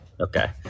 okay